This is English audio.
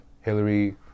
Hillary